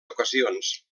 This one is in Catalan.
ocasions